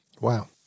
Wow